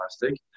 plastic